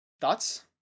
thoughts